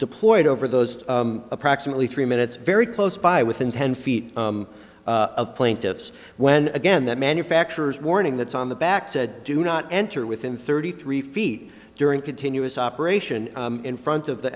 deployed over those approximately three minutes very close by within ten feet of plaintiffs when again that manufacturers warning that's on the back said do not enter within thirty three feet during continuous operation in front of the